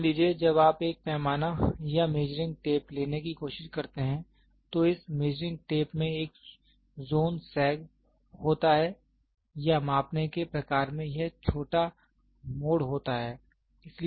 मान लीजिए जब आप एक पैमाना या मेजरिंग टेप लेने की कोशिश करते हैं तो इस मेजरिंग टेप में एक ज़ोन सैग होता है या मापने के प्रकार में यह छोटा मोड़ होता है